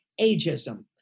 ageism